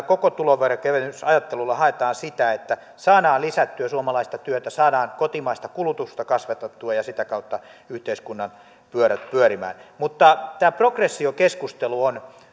koko tuloveronkevennysajattelulla haetaan sitä että saadaan lisättyä suomalaista työtä saadaan kotimaista kulutusta kasvatettua ja sitä kautta yhteiskunnan pyörät pyörimään mutta tämä progressiokeskustelu on